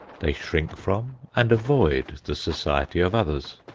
they shrink from and avoid the society of others.